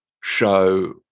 show